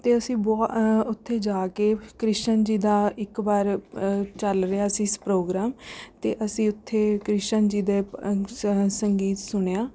ਅਤੇ ਅਸੀਂ ਬਹੁਤ ਉੱਥੇ ਜਾ ਕੇ ਕ੍ਰਿਸ਼ਨ ਜੀ ਦਾ ਇੱਕ ਵਾਰ ਚੱਲ ਰਿਹਾ ਸੀ ਪ੍ਰੋਗਰਾਮ ਅਤੇ ਅਸੀਂ ਉੱਥੇ ਕ੍ਰਿਸ਼ਨ ਜੀ ਦੇ ਅ ਸ ਸੰਗੀਤ ਸੁਣਿਆ